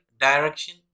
direction